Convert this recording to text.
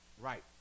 Right